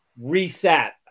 reset